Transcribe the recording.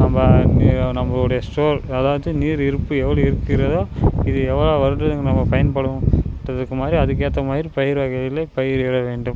நம்ம நி நம்மளுடைய சோர் அதாவது நீர் இருப்பு எவ்வாறு இருக்கிறதோ இது எவ்வளோ வருடங்கள் நமக்கு பயன்படும் அதுக்கு ஏற்ற மாதிரி பயிர் வகைகளை பயிரிட வேண்டும்